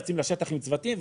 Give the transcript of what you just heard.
יוצאים לשטח עם צוותים,